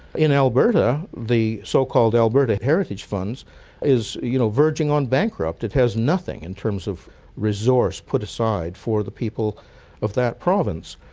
in alberta, the so-called alberta heritage funds are you know verging on bankrupt, it has nothing in terms of resource put aside for the people of that province.